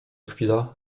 chwila